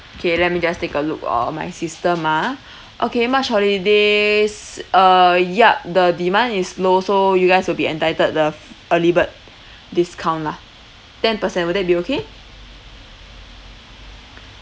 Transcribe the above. K let me just take a look on my system ah okay march holidays uh yup the demand is low so you guys will be entitled the f~ early bird discount lah ten percent would that be okay